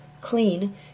clean